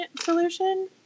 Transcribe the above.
solution